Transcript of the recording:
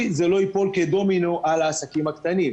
זה לא ייפול כדומינו על העסקים הקטנים?